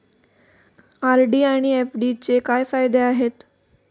RD आणि एफ.डीचे काय फायदे आहेत?